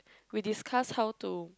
we discuss how to